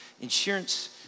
insurance